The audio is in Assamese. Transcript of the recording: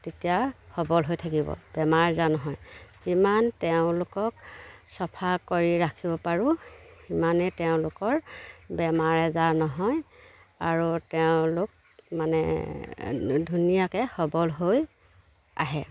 তেতিয়া সবল হৈ থাকিব বেমাৰ আজাৰ নহয় যিমান তেওঁলোকক চফা কৰি ৰাখিব পাৰোঁ সিমানেই তেওঁলোকৰ বেমাৰ আজাৰ নহয় আৰু তেওঁলোক মানে ধুনীয়াকৈ সবল হৈ আহে